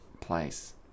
place